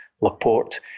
Laporte